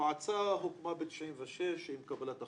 המועצה הוקמה ב-1996 עם קבלת החוק,